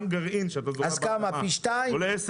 גם גרעין שאתה זורע עולה 10 אגורות.